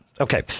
Okay